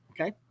Okay